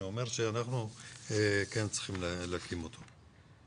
אומר שאנחנו כן צריכים להקים אותו.